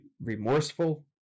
remorseful